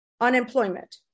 Unemployment